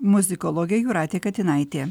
muzikologė jūratė katinaitė